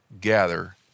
gather